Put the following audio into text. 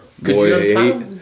Boy